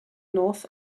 north